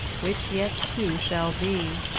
which yet two shall be,